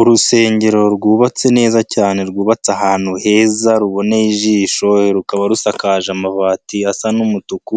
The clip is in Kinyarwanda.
Urusengero rwubatse neza cyane rwubatse ahantu heza ruboneye ijisho rukaba rusakaje amabati asa n'umutuku,